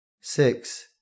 six